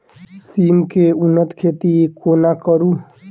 सिम केँ उन्नत खेती कोना करू?